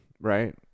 right